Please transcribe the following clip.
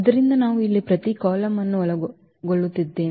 ಆದ್ದರಿಂದ ನಾವು ಇಲ್ಲಿ ಪ್ರತಿ ಕಾಲಮ್ ಅನ್ನು ಒಳಗೊಳ್ಳುತ್ತಿದ್ದೇವೆ